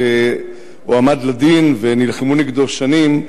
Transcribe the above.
הועמד לדין ונלחמו נגדו שנים.